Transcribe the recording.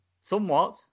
somewhat